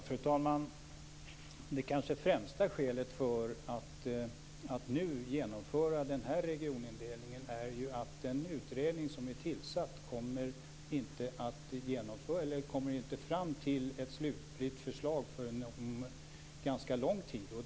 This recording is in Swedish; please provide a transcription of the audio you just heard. Fru talman! Det kanske främsta skälet för att nu genomföra den här regionindelningen är att den utredning som är tillsatt inte kommer fram till ett slutligt förslag förrän om ganska lång tid.